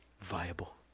viable